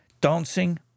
Dancing